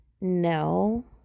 No